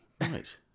right